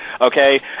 okay